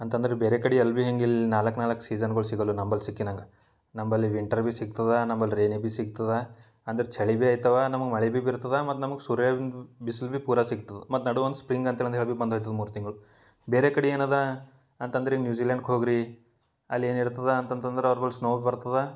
ಅಂತಂದ್ರೆ ಬೇರೆ ಕಡೆ ಎಲ್ಲ ಭೀ ಹಿಂಗೆ ಇಲ್ಲಿ ನಾಲ್ಕು ನಾಲ್ಕು ಸೀಸನ್ಗಳು ಸಿಗಲು ನಂಬಳಿ ಸಿಕ್ಕಿನಂಗ ನಂಬಳಿ ಭೀ ವಿಂಟರ್ ಭಿ ಸಿಗ್ತದೆ ನಂಬಳಿ ರೇನಿ ಭೀ ಸಿಗ್ತದೆ ಅಂದ್ರೆ ಚಳಿ ಭೀ ಆಯ್ತವೆ ನಮ್ಗೆ ಮಳೆ ಭೀ ಬೀರ್ತದೆ ಮತ್ತು ನಮ್ಗೆ ಸೂರ್ಯ ಬಿಸ್ಲು ಭೀ ಪೂರಾ ಸಿಗ್ತದೆ ಮತ್ತು ನಡುವೆ ಒಂದು ಸ್ಪ್ರಿಂಗ್ ಅಂಥೇಳಿ ಒಂದು ಹೇಳಿ ಭೀ ಬಂದು ಹೋಗ್ತದೆ ಮೂರು ತಿಂಗ್ಳು ಬೇರೆ ಕಡೆ ಏನು ಅದ ಅಂತಂದ್ರೆ ಈ ನ್ಯೂಝಿಲ್ಯಾಂಡಿಗೆ ಹೋಗಿ ರೀ ಅಲ್ಲಿ ಏನು ಇರ್ತದೆ ಅಂತ ಅಂತಂದ್ರ ಅವ್ರಿಗೂ ಸ್ನೋ ಬರ್ತದೆ